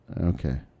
Okay